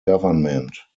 government